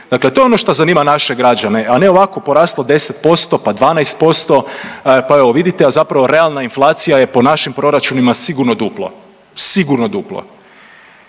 Dakle, to je ono što zanima naše građane, a ne ovako poraslo 10%, pa 12% pa evo vidite jel zapravo realna inflacija je po našim proračunima sigurno duplo, sigurno duplo.